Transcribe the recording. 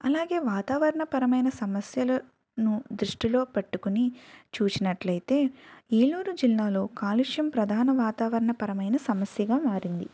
అలాగే వాతావరణపరమైన సమస్యలు దృష్టిలో పెట్టుకుని చూసినట్లైతే ఏలూరు జిల్లాలో కాలుష్యం ప్రధాన వాతావరణ పరమైన సమస్యగా మారింది